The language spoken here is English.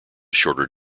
shorter